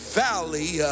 valley